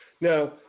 Now